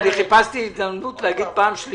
הפתיחה של הנמלים החדשים הובילה ב-2013